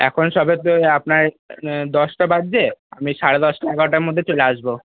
এখন সবে তো আপনার দশটা বাজছে আমি সাড়ে দশটা এগারোটার মধ্যে চলে আসবো